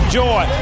joy